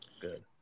Good